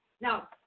Now